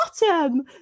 bottom